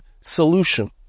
solution